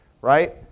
right